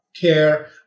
care